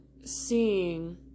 seeing